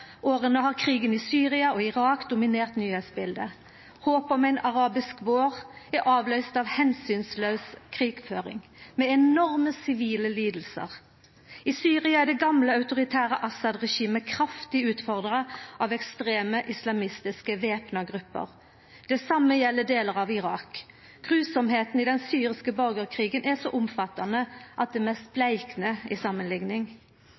åra har krigen i Syria og krigen i Irak dominert nyheitsbiletet. Håpet om ein arabisk vår er avløyst av brutal krigføring med enorme sivile lidingar. I Syria er det gamle, autoritære Assad-regimet kraftig utfordra av ekstreme islamistiske væpna grupper. Det same gjeld delar av Irak. Råskapen i den syriske borgarkrigen er så omfattande at det meste bleiknar i samanlikning.